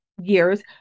years